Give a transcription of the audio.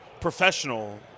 professional